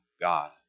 God